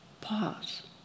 pause